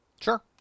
sure